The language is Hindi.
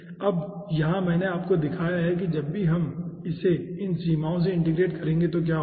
अब यहाँ मैंने आपको दिखाया है कि जब भी हम इसे इन सीमाओं में इंटीग्रेट करेंगे तो क्या होगा